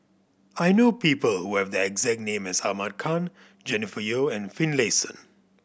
I know people who have the exact name as Ahmad Khan Jennifer Yeo and Finlayson